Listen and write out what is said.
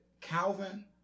Calvin